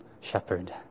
shepherd